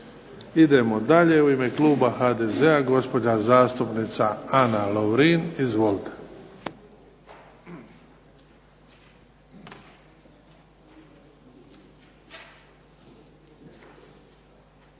Idemo dalje. U ime kluba HDZ-a gospođa zastupnica Ana Lovrin. Izvolite.